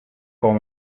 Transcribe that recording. com